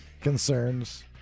concerns